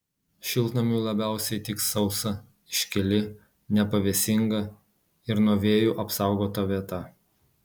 šiltnamiui labiausiai tiks sausa iškili nepavėsinga ir nuo vėjų apsaugota vieta